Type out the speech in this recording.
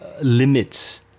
limits